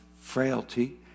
frailty